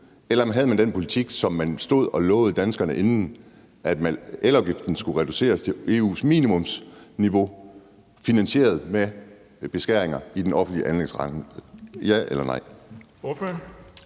Eller har man den politik, som man stod og lovede danskerne, om, at elafgiften skulle reduceres til EU's minimumsniveau finansieret ved beskæringer i den offentlige anlægsramme? Ja eller nej?